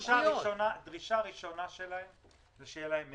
דרישה ראשונה שלהן היא שיהיה להן מידע.